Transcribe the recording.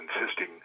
insisting